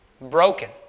broken